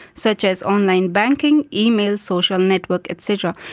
such as online banking, email, social network et cetera,